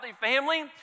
family